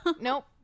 Nope